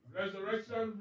Resurrection